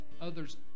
others